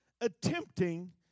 attempting